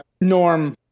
Norm